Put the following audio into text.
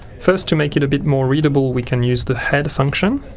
first, to make it a bit more readable we can use the head function